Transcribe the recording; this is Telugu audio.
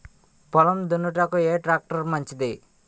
పొలం దున్నుటకు ఏ ట్రాక్టర్ మంచిది?